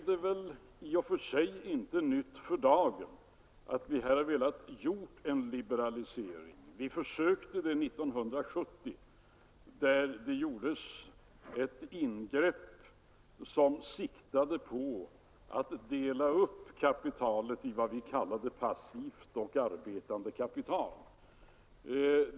Det är i och för sig inte nytt för dagen att vi har velat göra en liberalisering; vi har försökt göra det år 1970, då det gjordes ett ingrepp som siktade på att dela upp kapitalet i vad vi kallade passivt och arbetande kapital.